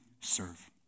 serve